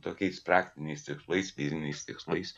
tokiais praktiniais tikslais fiziniais tikslais